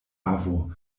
avo